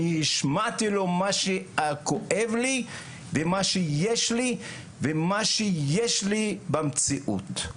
אני השמעתי לו מה שכואב לי ומה שיש לי ומה שיש לי במציאות.